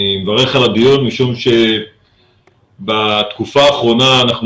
אני מברך על הדיון משום שבתקופה האחרונה אנחנו